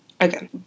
Okay